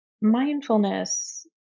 mindfulness